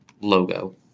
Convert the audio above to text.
logo